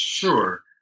Sure